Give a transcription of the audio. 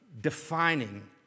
defining